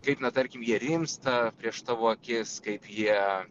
kaip na tarkim jie rimsta prieš tavo akis kaip jie